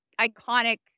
iconic